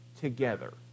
together